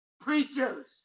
preachers